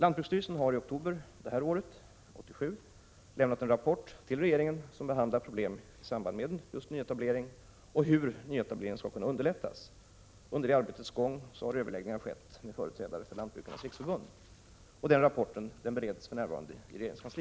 Lantbruksstyrelsen har i oktober 1987 lämnat en rapport till regeringen som behandlar problem i samband med nyetablering och hur nyetablering skall kunna underlättas. Under arbetets gång har överläggningar skett med företrädare för Lantbrukarnas riksförbund. Rapporten bereds för närvarande i regeringskansliet.